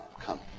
come